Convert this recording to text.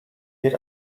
wird